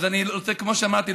אז כמו שאמרתי,